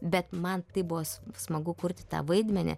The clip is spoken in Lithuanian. bet man taip buvo smagu kurti tą vaidmenį